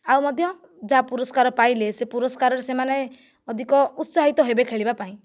ଆଉ ମଧ୍ୟ ଯାହା ପୁରସ୍କାର ପାଇଲେ ସେ ପୁରସ୍କାରରେ ସେମାନେ ଅଧିକ ଉତ୍ସାହିତ ହେବେ ଖେଳିବା ପାଇଁ